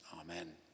amen